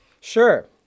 Sure